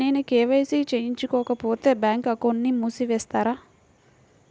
నేను కే.వై.సి చేయించుకోకపోతే బ్యాంక్ అకౌంట్ను మూసివేస్తారా?